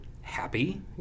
happy